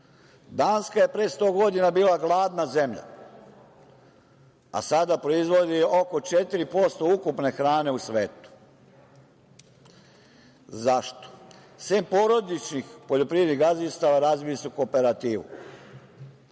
je pre 100 godina bila gladna zemlja, a sada proizvodi oko 4% ukupne hrane u svetu. Zašto? Sem porodičnih poljoprivrednih gazdinstava razvili su kooperativu,